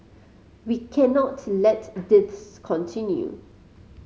we cannot let this continue